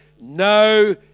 no